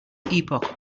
epoch